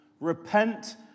Repent